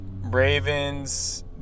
Ravens